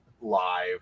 live